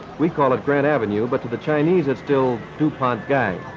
we call it grant avenue, but to the chinese, it's still dupont gai.